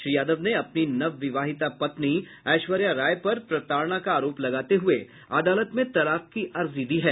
श्री यादव ने अपनी नवविवाहिता पत्नी ऐश्वर्या राय पर प्रताड़ना का आरोप लगाते हुए अदालत में तलाक की अर्जी दी है